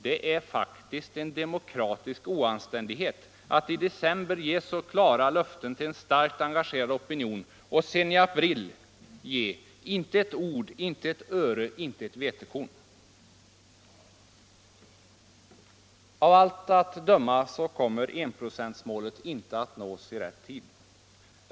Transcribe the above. Det är faktiskt en demokratisk oanständighet att i december ge så klara löften till en starkt engagerad opinion och sedan i april inte ge ett ord, inte ett öre, inte ett vetekorn. Av allt att döma kommer enprocentsmålet inte att nås i rätt tid.